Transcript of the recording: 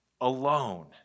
alone